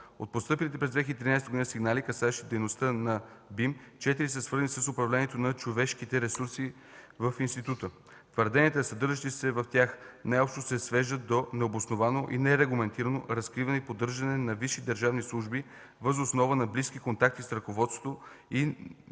От постъпилите през 2013 г. сигнали, касаещи дейността на БИМ, 4 са свързани с управлението на човешките ресурси в института. Твърденията, съдържащи се в тях, най-общо се свеждат до необосновано и нерегламентирано разкриване и поддържане на „висши държавни служби” въз основа на близки контакти с ръководството и